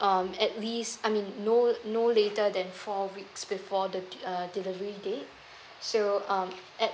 um at least I mean no no later than four weeks before the uh delivery date so um at